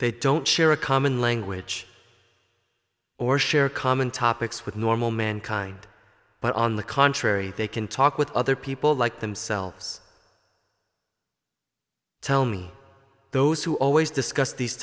they don't share a common language or share common topics with normal mankind but on the contrary they can talk with other people like themselves tell me those who always discuss these